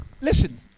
listen